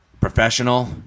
professional